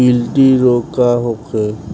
गिल्टी रोग का होखे?